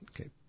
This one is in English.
Okay